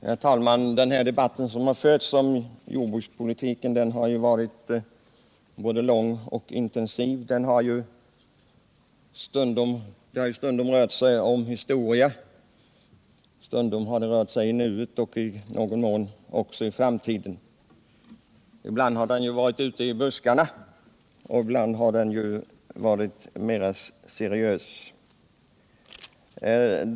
Herr talman! Debatten om jordbrukspolitiken har ju varit lång och intensiv. Den har stundom rört sig om historia, den har stundom rört sig i nuet och även i någon mån i framtiden. Ibland har den varit ute i buskarna och ibland har den varit mera seriös.